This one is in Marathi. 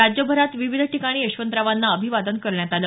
राज्यभरात विविध ठिकाणी यशवंतरावांना अभिवादन करण्यात आलं